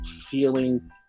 feeling